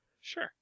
sure